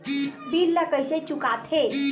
bill ला कइसे चुका थे